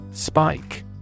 Spike